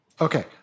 Okay